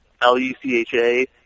L-U-C-H-A